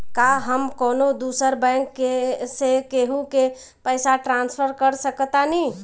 का हम कौनो दूसर बैंक से केहू के पैसा ट्रांसफर कर सकतानी?